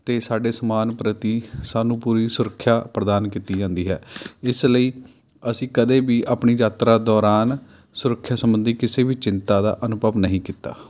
ਅਤੇ ਸਾਡੇ ਸਮਾਨ ਪ੍ਰਤੀ ਸਾਨੂੰ ਪੂਰੀ ਸੁਰੱਖਿਆ ਪ੍ਰਦਾਨ ਕੀਤੀ ਜਾਂਦੀ ਹੈ ਇਸ ਲਈ ਅਸੀਂ ਕਦੇ ਵੀ ਆਪਣੀ ਯਾਤਰਾ ਦੌਰਾਨ ਸੁਰੱਖਿਆ ਸੰਬੰਧੀ ਕਿਸੇ ਵੀ ਚਿੰਤਾ ਦਾ ਅਨੁਭਵ ਨਹੀਂ ਕੀਤਾ